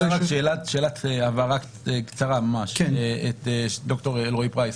שאלת הבהרה לד"ר אלרעי-פרייס.